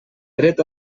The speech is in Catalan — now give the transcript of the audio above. dret